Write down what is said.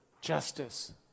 justice